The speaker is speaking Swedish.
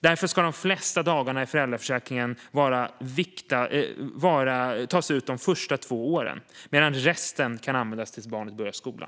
Därför ska de flesta dagarna i föräldraförsäkringen tas ut under de första två åren, medan resten kan användas fram till att barnet börjar skolan.